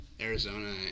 Arizona